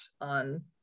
on